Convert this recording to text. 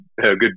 good